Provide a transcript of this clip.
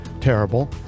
terrible